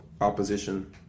opposition